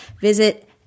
visit